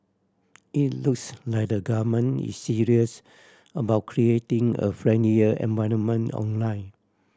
it looks like the government is serious about creating a friendlier environment online